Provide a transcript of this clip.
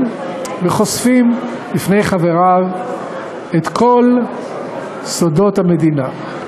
וחושפים בפני חבריו את כל סודות המדינה.